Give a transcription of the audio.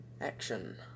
action